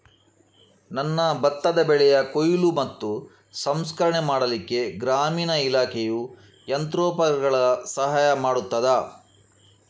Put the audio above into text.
ನನ್ನ ಭತ್ತದ ಬೆಳೆಯ ಕೊಯ್ಲು ಮತ್ತು ಸಂಸ್ಕರಣೆ ಮಾಡಲಿಕ್ಕೆ ಗ್ರಾಮೀಣ ಇಲಾಖೆಯು ಯಂತ್ರೋಪಕರಣಗಳ ಸಹಾಯ ಮಾಡುತ್ತದಾ?